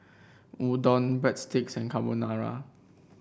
Udon Breadsticks and Carbonara